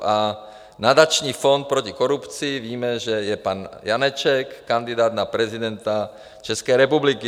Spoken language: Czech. A Nadační fond proti korupci víme, že je pan Janeček, kandidát na prezidenta České republiky.